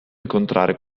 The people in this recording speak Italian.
incontrare